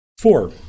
Four